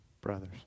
brothers